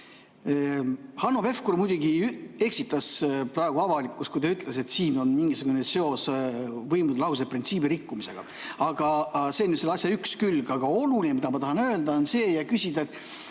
Hanno Pevkur muidugi eksitas praegu avalikkust, kui ta ütles, et siin on mingisugune seos võimude lahususe printsiibi rikkumisega. See on asja üks külg. Aga oluline, mida ma tahan öelda ja küsida, on